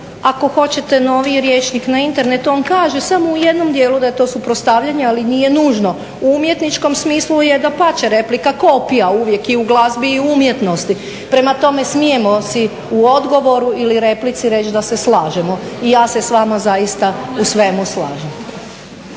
ako hoćete noviji rječnik na internetu on kaže samo u jednom dijelu da je to suprotstavljanje ali nije nužno. U umjetničkom smislu je dapače replika kopija uvijek je u glazbi i umjetnosti. Prema tome smijemo si u odgovoru ili replici reći da se slažemo i ja se s vama zaista u svemu slažem.